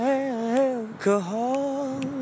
alcohol